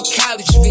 college